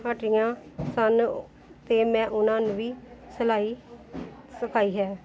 ਹਟੀਆਂ ਸਨ ਅਤੇ ਮੈਂ ਉਹਨਾਂ ਨੂੰ ਵੀ ਸਿਲਾਈ ਸਿਖਾਈ ਹੈ